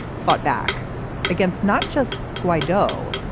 fought back against not just guido,